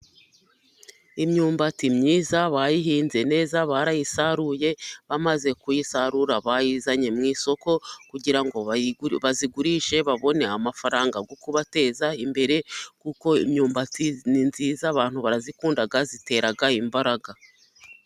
Imyumbati myiza bayihinze neza barayisaruye, bamaze kuyisarura bayizanye mu isoko kugira ngo bayigurishe babone amafaranga yo kubateza imbere kuko imyumbati ni myiza abantu barazikunda itera imbaraga.